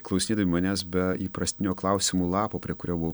klausinėdami manęs be įprastinio klausimų lapo prie kurio buvau